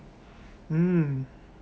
mm